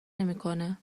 نمیکنه